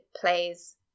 plays